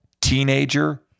teenager